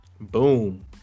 Boom